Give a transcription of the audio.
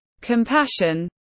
compassion